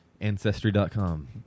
Ancestry.com